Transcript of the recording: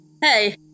Hey